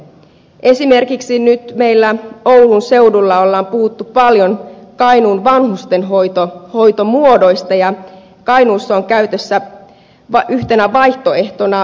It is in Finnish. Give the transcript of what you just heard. esimerkiksi nyt meillä oulun seudulla on puhuttu paljon kainuun vanhustenhoitomuodoista ja kainuussa on käytössä yhtenä vaihtoehtona perhehoito